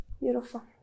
beautiful